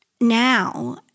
Now